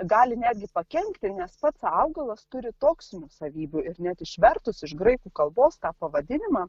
gali netgi pakenkti nes pats augalas turi toksinių savybių ir net išvertus iš graikų kalbos tą pavadinimą